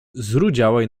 zrudziałej